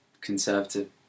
conservative